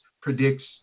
predicts